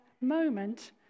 moment